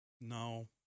No